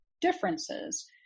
differences